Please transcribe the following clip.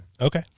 okay